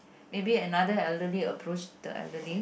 maybe another elderly approach the elderly